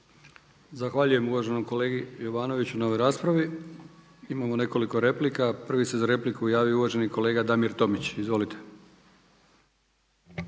Zahvaljujem uvaženom kolegi Jovanoviću na ovoj raspravi. Imamo nekoliko replika. Prvi se za repliku javio uvaženi kolega Damir Tomić, izvolite.